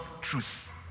truth